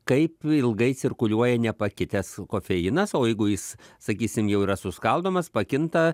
kaip ilgai cirkuliuoja nepakitęs kofeinas o jeigu jis sakysim jau yra suskaldomas pakinta